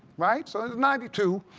right? so ninety two.